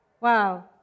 Wow